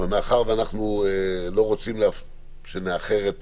אבל מאחר שאנחנו לא רוצים שנאחר את